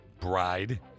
bride